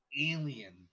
alien